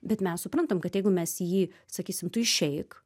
bet mes suprantam kad jeigu mes jį sakysim tu išeik